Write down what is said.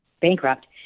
bankrupt